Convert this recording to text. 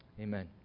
Amen